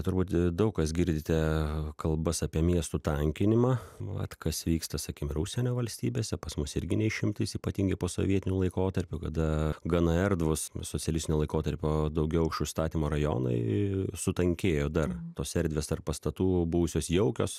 turbūt daug kas girdite kalbas apie miestų tankinimą vat kas vyksta sakim ir užsienio valstybėse pas mus irgi ne išimtis ypatingai posovietiniu laikotarpiu kada gana erdvūs socialistinio laikotarpio daugiaaukščių užstatymo rajonai sutankėjo dar tos erdvės tarp pastatų buvusios jaukios